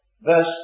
verse